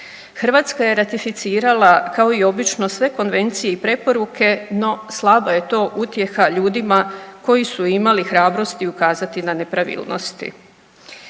Hrvatska je ratificirala kao i obično sve konvencije i preporuke, no slaba je to utjeha ljudima koji su imali hrabrosti ukazati na nepravilnosti.